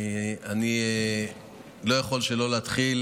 אני לא יכול שלא להתחיל,